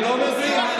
(חבר הכנסת שלמה קרעי יוצא מאולם המליאה.) אני לא מבין,